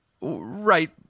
Right